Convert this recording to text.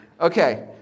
Okay